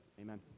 Amen